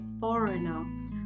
foreigner